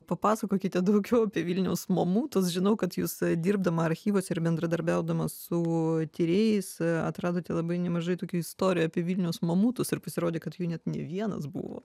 papasakokite daugiau apie vilniaus mamutus žinau kad jūs dirbdama archyvuose ir bendradarbiaudama su tyrėjais atradote labai nemažai tokių istorijų apie vilniaus mamutus ir pasirodė kad jų net ne vienas buvo